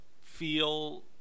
feel